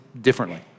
differently